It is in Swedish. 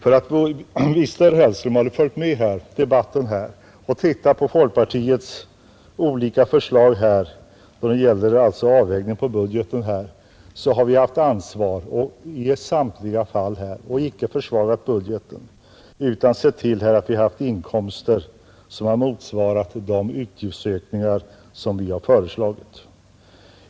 Om herr Hellström hade följt med i debatten och hade studerat folkpartiets olika förslag med avseende på budgetavvägning, skulle han ha funnit att vi i samtliga fall visat ansvar och inte har försvagat budgeten. Vi har haft inkomsttäckning för de utgiftsökningar som vi har föreslagit.